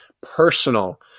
personal